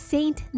Saint